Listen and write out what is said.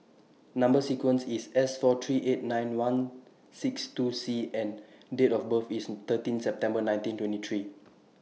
Number sequence IS S four three eight nine one six two C and Date of birth IS thirteen September nineteen twenty three